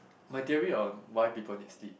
my theory on why people need sleep